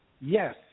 yes